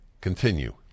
Continue